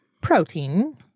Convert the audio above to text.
protein